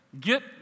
get